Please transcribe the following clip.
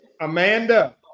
Amanda